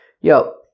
Yo